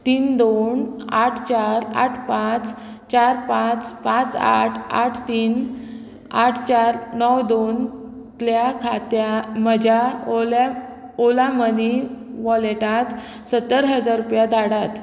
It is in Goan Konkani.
तीन दोन आठ चार आठ पांच चार पांच पांच आठ आठ तीन आठ चार णव दोनंतल्या खात्या म्हज्या ओल्या ओला मनी वॉलेटांत सत्तर हजार रुपया धाडात